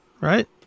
right